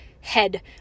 head